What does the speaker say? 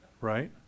right